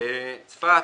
צפת,